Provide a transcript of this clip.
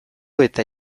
eta